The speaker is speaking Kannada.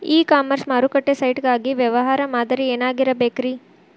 ಇ ಕಾಮರ್ಸ್ ಮಾರುಕಟ್ಟೆ ಸೈಟ್ ಗಾಗಿ ವ್ಯವಹಾರ ಮಾದರಿ ಏನಾಗಿರಬೇಕ್ರಿ?